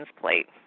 plate